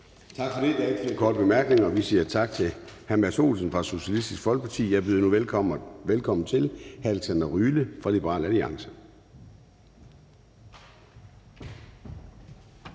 Der er ikke flere korte bemærkninger. Vi siger tak til hr. Mads Olsen fra Socialistisk Folkeparti. Jeg byder nu velkommen til hr. Alexander Ryle fra Liberal Alliance.